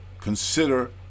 Consider